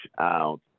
out